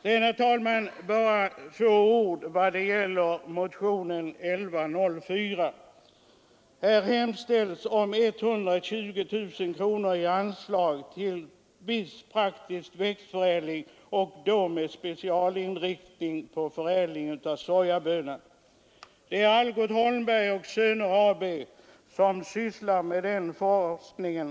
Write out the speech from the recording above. Sedan, herr talman, bara några få ord i vad gäller motionen 1104, i vilken hemställs om 120 000 kronor i anslag till viss praktisk växtförädling och då med specialinriktning på förädling av sojabönan. Det är Algot Holmberg och Söner AB som sysslar med den forskningen.